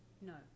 No